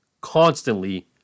constantly